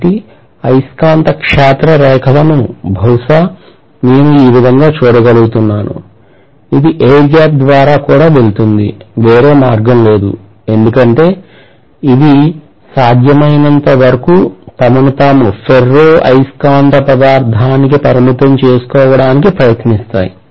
కాబట్టి అయస్కాంత క్షేత్ర రేఖలను బహుశా నేను ఈ విధంగా చూడగలుగుతున్నాను ఇది ఎయిర్ గ్యాప్ ద్వారా కూడా వెళుతుంది వేరే మార్గం లేదు ఎందుకంటే ఇవి సాధ్యమైనంతవరకు తమను తాము ఫెర్రో అయస్కాంత పదార్థానికి పరిమితం చేసుకోవడానికి ప్రయత్నిస్థాయి